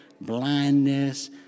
blindness